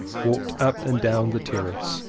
walked up and down the terrace.